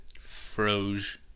Froge